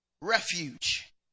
refuge